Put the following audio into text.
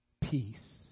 peace